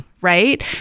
right